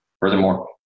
Furthermore